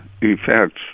effects